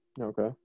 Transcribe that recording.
Okay